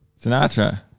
sinatra